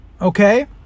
Okay